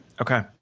Okay